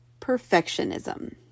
perfectionism